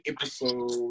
episode